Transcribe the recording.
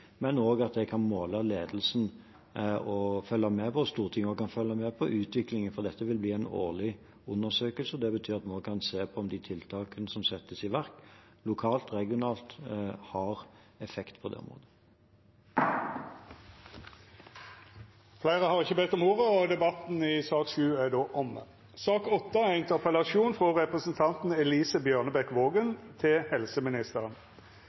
men også at jeg kan måle ledelsen og følge med på utviklingen – og at Stortinget også kan følge med på det. Dette vil bli en årlig undersøkelse, og det betyr at vi også kan se på om de tiltakene som settes i verk, lokalt og regionalt, har effekt på det området. Fleire har ikkje bedt om ordet til sak nr. 7. Fødsel er en stor begivenhet – et nytt liv, en ny begynnelse. De fleste av oss er